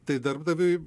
tai darbdaviui